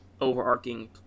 overarching